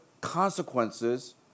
consequences